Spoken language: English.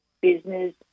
business